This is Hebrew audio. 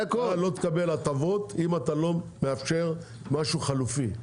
אתה לא תקבל הטבות, אם אתה לא מאפשר משהו חלופי.